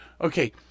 okay